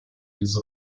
diese